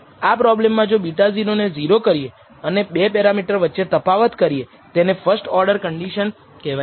આ પ્રોબ્લેમ માં જો β0 ને 0 કરીએ અને 2 પેરામીટર વચ્ચે તફાવત કરીએ તેને ફર્સ્ટ ઓર્ડર કન્ડિશન કહેવાય છે